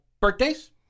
Birthdays